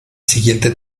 siguiente